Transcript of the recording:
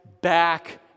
back